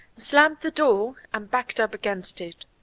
slammed the door and backed up against it.